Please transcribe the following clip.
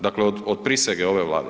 Dakle, od prisege ove Vlade.